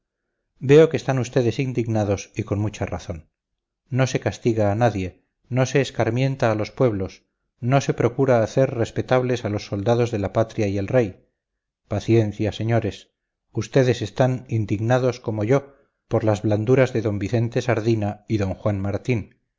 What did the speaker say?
veo que están ustedes indignados y con mucha razón no se castiga a nadie no se escarmienta a los pueblos no se procura hacer respetables a los soldados de la patria y el rey paciencia señores ustedes están indignados como yo por las blanduras de d vicente sardina y d juan martín